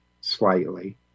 slightly